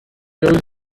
goes